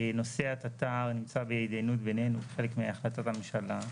נושא התט"ר נמצא בהתדיינות בינינו כחלק מהחלטות הממשלה.